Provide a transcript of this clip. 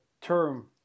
term